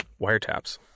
wiretaps